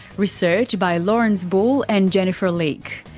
research by lawrence bull and jennifer leek,